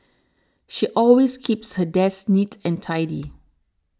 she always keeps her desk neat and tidy